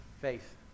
faith